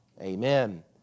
amen